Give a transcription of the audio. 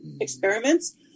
experiments